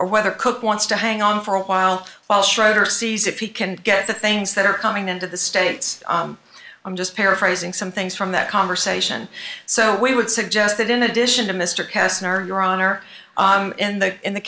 or whether cook wants to hang on for a while while schroeder sees if he can get the things that are coming into the states i'm just paraphrasing some things from that conversation so we would suggest that in addition to mr castner your honor and that in the